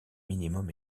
minimum